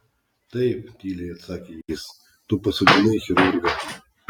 taip tyliai atsakė jis tu pasodinai chirurgą